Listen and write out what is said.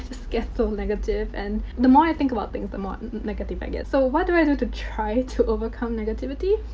just get so negative and the more i think about things, the more and negative i get. so, what do i do to try to overcome negativity?